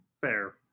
Fair